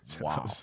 Wow